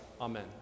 Amen